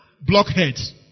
Blockheads